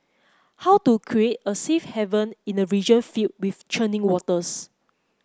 how to create a safe haven in a region filled with churning waters